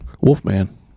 Wolfman